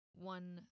one